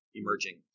emerging